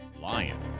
lion